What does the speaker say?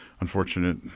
unfortunate